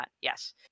yes